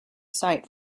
site